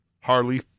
harley